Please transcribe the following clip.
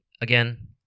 again